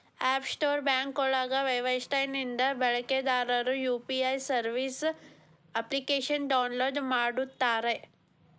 app Store ಬ್ಯಾಂಕ್ಗಳ website ನಿಂದ ಬಳಕೆದಾರರು ಯು.ಪಿ.ಐ ಸರ್ವಿಸ್ ಅಪ್ಲಿಕೇಶನ್ನ ಡೌನ್ಲೋಡ್ ಮಾಡುತ್ತಾರೆ